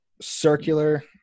circular